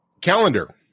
calendar